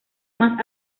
más